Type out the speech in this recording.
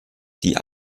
die